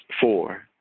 four